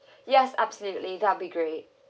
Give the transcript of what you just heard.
yes absolutely that'll be great